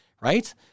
right